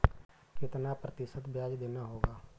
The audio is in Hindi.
कितना प्रतिशत ब्याज देना होगा?